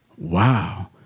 Wow